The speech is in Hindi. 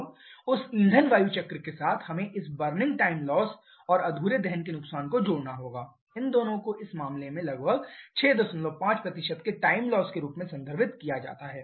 अब उस ईंधन वायु चक्र के साथ हमें इस बर्निंग टाइम लॉस और अधूरे दहन के नुकसान को जोड़ना होगा इन दोनों को इस मामले में लगभग 65 के टाइम लॉस के रूप में संदर्भित किया जा सकता है